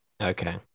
Okay